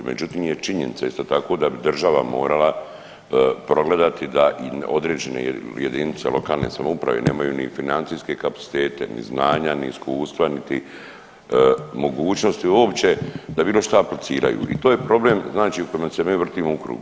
Međutim, je činjenica isto tako da bi država morala progledati da i određene jedinice lokalne samouprave nemaju ni financijske kapacitete, ni znanja, ni iskustva, niti mogućnosti uopće da bilo šta apliciraju i to je problem znači u kojem se mi vrtimo u krug.